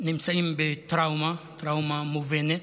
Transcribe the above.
נמצאת בטראומה, טראומה מובנת,